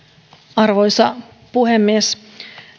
arvoisa puhemies